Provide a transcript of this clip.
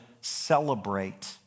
celebrate